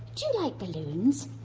do you like balloons?